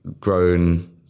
grown